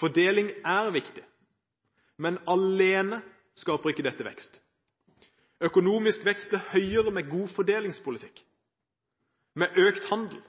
Fordeling er viktig, men alene skaper ikke dette vekst – økonomisk vekst med god fordelingspolitikk, med økt handel,